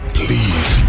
please